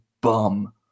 bum